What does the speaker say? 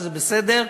שזה בסדר,